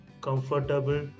comfortable